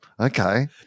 Okay